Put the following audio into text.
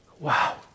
Wow